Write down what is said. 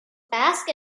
basque